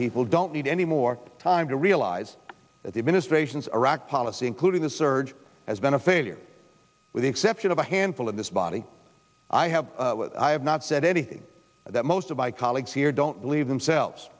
people don't need any more time to realize that the administration's iraq policy including the surge has been a failure with the exception of a handful of this body i have what i have not said anything that most of my colleagues here don't believe themselves